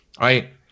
Right